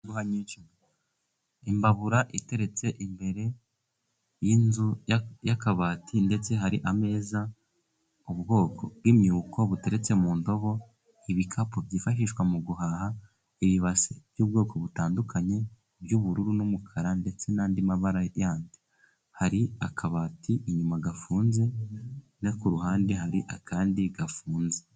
Imbabura iteretse imbere y'inzu y'akabati, ndetse hari ameza, ubwoko bw'imyuko buteretse mu ndobo, ibikapu byifashishwa mu guhaha, ibibase by'ubwoko butandukanye by'ubururu n'umukara, ndetse n'andi mabara yandi. Hari akabati inyuma gafunze, no ku ruhande hari akandi gafunze.